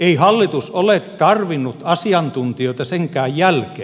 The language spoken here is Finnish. ei hallitus ole tarvinnut asiantuntijoita senkään jälkeen